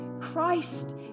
Christ